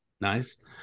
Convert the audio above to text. nice